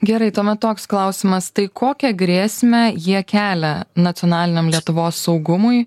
gerai tuomet toks klausimas tai kokią grėsmę jie kelia nacionaliniam lietuvos saugumui